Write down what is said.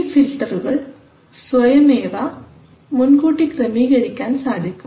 ഈ ഫിൽട്ടറുകൾ സ്വയമേവ മുൻകൂട്ടി ക്രമീകരിക്കാൻ സാധിക്കും